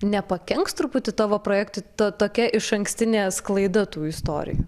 nepakenks truputį tavo projektui ta tokia išankstinė sklaida tų istorijų